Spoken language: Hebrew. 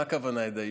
מה הכוונה ידע אישי?